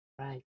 Right